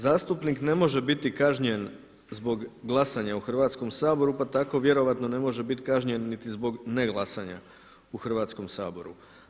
Zastupnik ne može biti kažnjen zbog glasanja u Hrvatskom saboru, pa tako vjerojatno ne može biti kažnjen niti zbog neglasanja u Hrvatskom saboru.